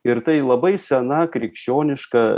ir tai labai sena krikščioniška